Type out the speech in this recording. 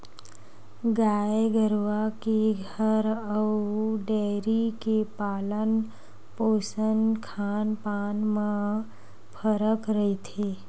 गाय गरुवा के घर अउ डेयरी के पालन पोसन खान पान म फरक रहिथे